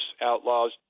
outlaws